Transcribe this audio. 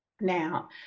Now